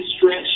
stretch